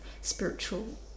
spiritual